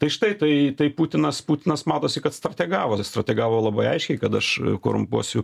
tai štai tai tai putinas putinas matosi kad strategavo strategavo labai aiškiai kad aš korumpuosiu